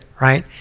right